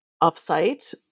off-site